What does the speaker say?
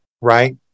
right